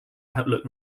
outlook